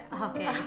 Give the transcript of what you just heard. Okay